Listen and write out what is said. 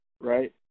Right